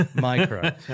Micro